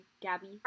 Gabby